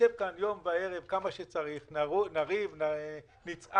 נשב כאן יום וערב כמה שצריך, נריב, נצעק,